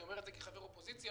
אני אומר כחבר אופוזיציה.